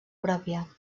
pròpia